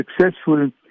successful